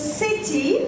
city